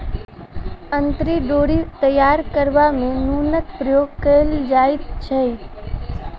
अंतरी डोरी तैयार करबा मे नूनक प्रयोग कयल जाइत छै